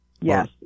yes